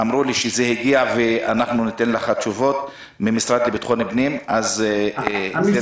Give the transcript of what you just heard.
אמרו לי שזה הגיע ואמרו לי מהמשרד לביטחון הפנים שאקבל תשובות.